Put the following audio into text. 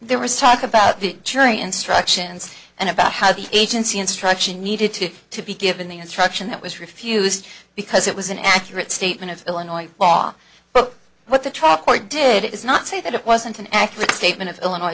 there was talk about the jury instructions and about how the agency instruction needed to to be given the instruction that was refused because it was an accurate statement of illinois law but what the trial court did it is not say that it wasn't an accurate statement of illinois